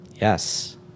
Yes